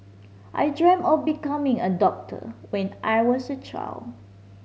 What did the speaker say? I dreamt of becoming a doctor when I was a child